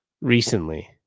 recently